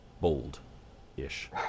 Bold-ish